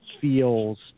feels